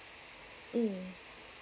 mm